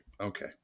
Okay